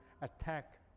attack